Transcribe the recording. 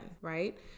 right